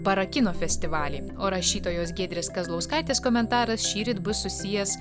para kino festivalį o rašytojos giedrės kazlauskaitės komentaras šįryt bus susijęs